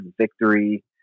victory